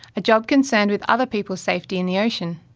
a job concerned with other people's safety in the ocean.